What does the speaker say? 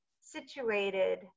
situated